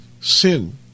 sin